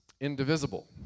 indivisible